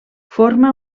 forma